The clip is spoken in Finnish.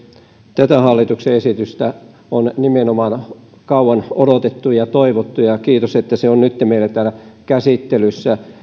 tätä hallituksen esitystä on nimenomaan kauan odotettu ja toivottu ja kiitos että se on nyt meillä täällä käsittelyssä